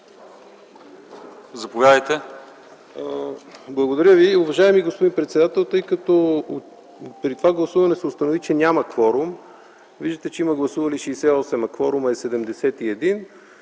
(КБ): Благодаря Ви. Уважаеми господин председател, тъй като при това гласуване се установи, че няма кворум, виждате, че има гласували 68, а кворумът е 71,